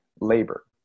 labor